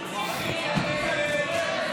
הצבעה.